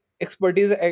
expertise